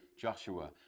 Joshua